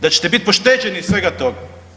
Da ćete biti pošteđeni svega toga?